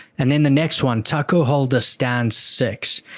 and in the next one, taco holder stand six.